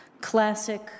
classic